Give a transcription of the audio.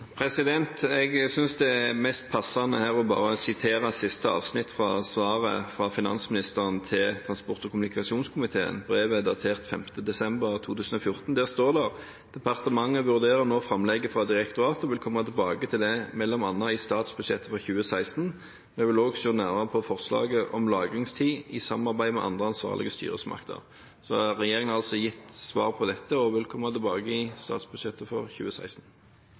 Jeg synes det er mest passende her bare å sitere siste avsnitt fra svaret fra finansministeren til transport- og kommunikasjonskomiteen. Brevet er datert 5. desember 2014. Der står det: «Departementet vurderer no framlegget frå direktoratet og vil kome tilbake til det mellom anna i statsbudsjettet for 2016. Vi vil òg sjå nærare på forslaget om lagringstid i samarbeid med andre ansvarlege styresmakter.» Regjeringen har altså gitt svar på dette og vil komme tilbake i statsbudsjettet for 2016.